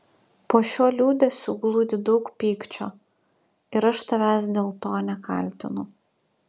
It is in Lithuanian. po šiuo liūdesiu glūdi daug pykčio ir aš tavęs dėl to nekaltinu